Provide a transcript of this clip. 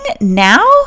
now